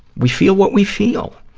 we feel what we feel.